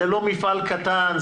זה לא מפעל קטן,